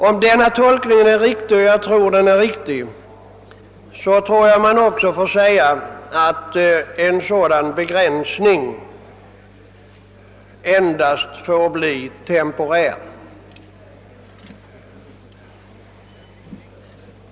Om denna tolkning är riktig, vilket jag tror den är, får en sådan begränsning dock endast bli temporär.